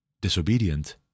disobedient